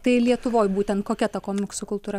tai lietuvoj būtent kokia ta komiksų kultūra